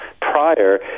prior